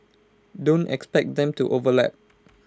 don't expect them to overlap